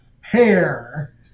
hair